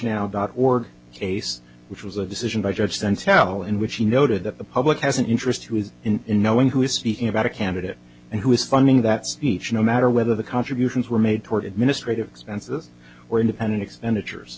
now or case which was a decision by judge then tell in which he noted that the public has an interest who is in knowing who is speaking about a candidate and who is funding that speech no matter whether the contributions were made toward administrative expenses or independent expenditures